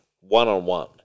One-on-one